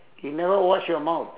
you never wash your mouth